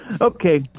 Okay